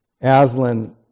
Aslan